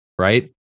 Right